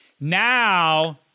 Now